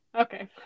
Okay